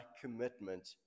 commitment